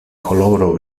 coloro